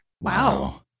Wow